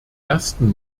ersten